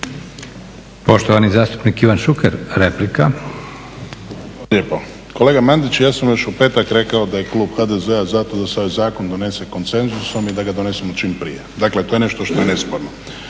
replika. **Šuker, Ivan (HDZ)** Hvala vam lijepo. Kolega Mandić, ja sam još u petak rekao da je klub HDZ-a za to da se ovaj zakon donese konsenzusom i da ga donesemo čim prije. Dakle, to je nešto što je nesporno.